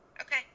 okay